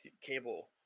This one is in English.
cable